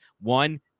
one